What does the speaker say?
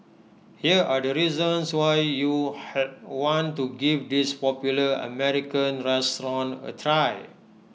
here are the reasons why you had want to give this popular American restaurant A try